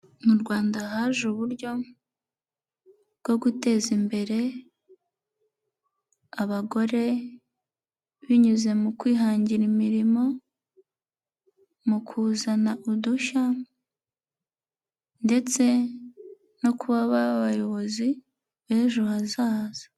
Mu Rwanda haje uburyo bwo guteza imbere abagore binyuze mu kwihangira imirimo, mu kuzana udushya ndetse no kuba ari abayobozi b'ejo hazaza.